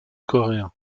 coréen